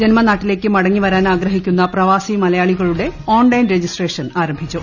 ജന്മനാട്ടിലേയ്ക്ക് മടങ്ങിവര്ാൻ ആഗ്രഹിക്കുന്ന പ്രവാസി മലയാളികളുടെ ഓൺട്ലൈൻ രജിസ്ട്രേഷൻ ആരംഭിച്ചു